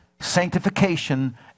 sanctification